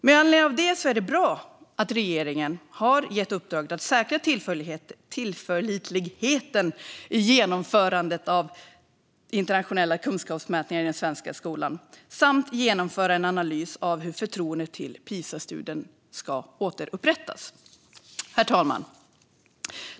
Med anledning av detta är det bra att regeringen har gett uppdraget att säkra tillförlitligheten i genomförandet av internationella kunskapsmätningar i den svenska skolan samt genomföra en analys av hur förtroendet för Pisastudien ska återupprättas. Herr talman!